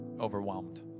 overwhelmed